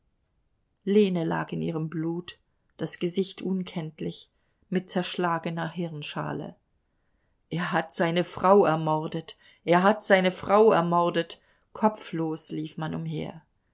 lag in ihrem blut das gesicht unkenntlich mit zerschlagener hirnschale er hat seine frau ermordet er hat seine frau ermordet kopflos lief man umher